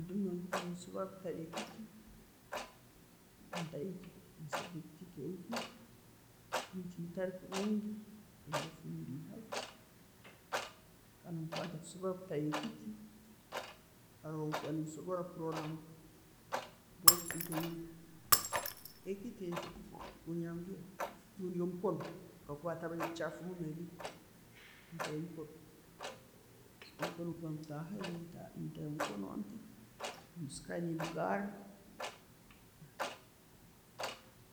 Orbundi bwenkuba nensobora kutayo ekiti, nentayo ekiti, Nensera ekiti ekili hayi nechumitayo kurungi, oburoffu nebwehaho kandi bwenkuba ntakusobora kutayo ekiti, haroho bwenkuba ne'nsobora kurora emitayimbwa. Ekiti ekyo kunyanguhira orbundi omukono gukakwata haroho obuchaffu bwingi muno, ntayo omukono, omukono guba gutahayo, nentera omukono nti, mbisiikayo nembigaara.